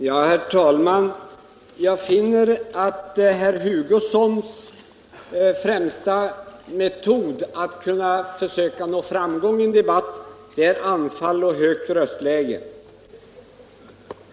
Herr talman! Jag finner att herr Hugossons främsta metod när det gäller att försöka nå framgång i en debatt är anfall och högt röstläge.